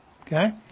okay